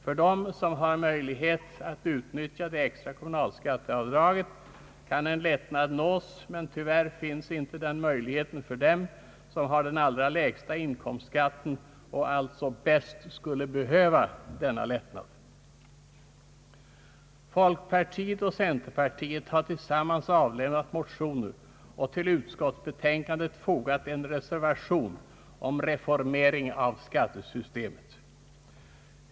För den som har möjlighet att utnyttja det extra kommunalskatteavdraget kan en lättnad nås, men tyvärr finns inte den möjligheten för dem som har den allra lägsta inkomstskatten och alltså bäst skulle behöva denna lättnad. Folkpartiet och centerpartiet har tillsammans avlämnat motioner och till utskottets utlåtande fogat en reservation om reformering av skattesystemet.